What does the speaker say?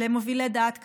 למובילי דעת קהל,